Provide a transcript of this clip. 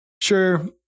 sure